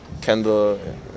Kendall